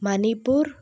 Manipur